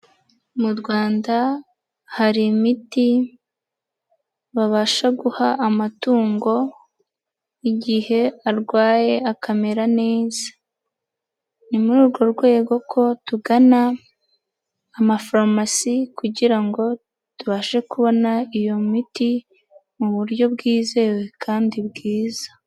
Mu Rwanda hari imiti babasha guha amatungo igihe arwaye akamera neza, ni muri urwo rwego ko tugana amafarumasi kugira ngo tubashe kubona iyo miti mu buryo bwizewe kandi bwiza.